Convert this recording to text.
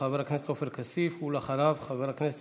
הם עדיין צריכים לשלם שכירויות ואת ההוצאות הקבועות